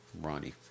Ronnie